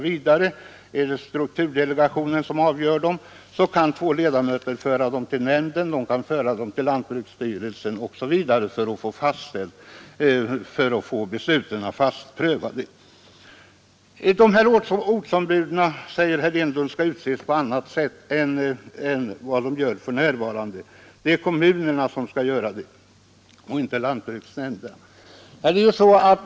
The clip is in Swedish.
Är det strukturdelegationen som avgör dem, kan två ledamöter föra dem till nämnden, eller till lantbruksstyrelsen för att få besluten prövade. Ortsombuden skall, säger herr Enlund, utses på annat sätt än för närvarande. Det är kommunerna som skall göra det och inte lantbruksnämnden.